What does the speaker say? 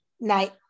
Night